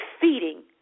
feeding